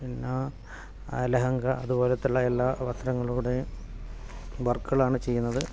പിന്നെ ലഹങ്ക അതുപോലത്തെയുള്ള എല്ലാ വസ്ത്രങ്ങളുടെ വർക്കുകളാണ് ചെയ്യുന്നത്